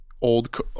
old